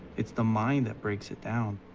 it's the mind that breaks it down.